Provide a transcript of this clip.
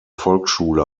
volksschule